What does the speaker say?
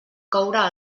coure